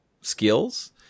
skills